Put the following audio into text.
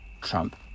Trump